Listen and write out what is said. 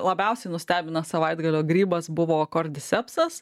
labiausiai nustebinęs savaitgalio grybas buvo kordi sepsas